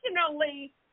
personally